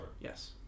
Yes